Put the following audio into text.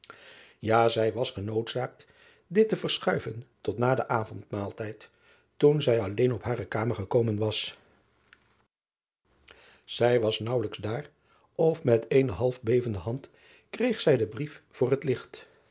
ja zij was genoodzaakt dit te verschuiven tot na den avondmaaltijd toen zij alleen op hare kamer gekomen was ij was naauwelijks daar of met eene half bevende hand kreeg zij den brief voor het licht